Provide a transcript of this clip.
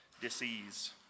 disease